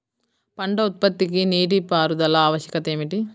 పంట ఉత్పత్తికి నీటిపారుదల ఆవశ్యకత ఏమిటీ?